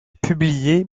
publié